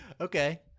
Okay